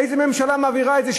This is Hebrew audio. איזה ממשלה מעבירה את זה,